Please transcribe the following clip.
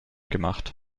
gemacht